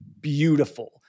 beautiful